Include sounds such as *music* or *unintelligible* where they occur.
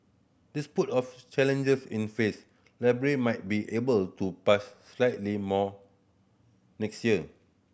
*unintelligible* of challenges in face Libya might be able to *unintelligible* slightly more next year